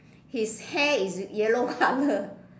his hair is yellow colour